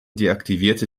deaktivierte